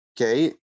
okay